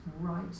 right